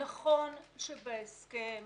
נכון שבהסכם